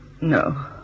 No